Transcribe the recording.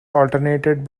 alternated